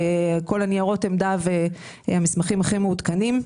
כל נירות העמדה והמסמכים הכי מעודכנים.